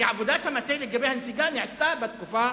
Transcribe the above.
כי עבודת המטה לגבי הנסיגה נעשתה בתקופה